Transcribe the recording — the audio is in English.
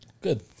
Good